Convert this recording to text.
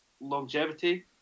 longevity